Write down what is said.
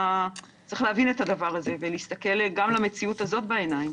צריך להבין את הדבר הזה ולהסתכל גם למציאות הזאת בעיניים.